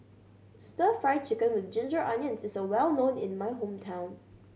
Stir Fried Chicken With Ginger Onions is well known in my hometown